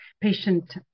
patient